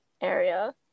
area